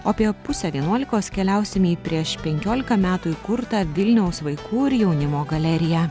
o apie pusę vienuolikos keliausim į prieš penkiolika metų įkurtą vilniaus vaikų ir jaunimo galeriją